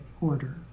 order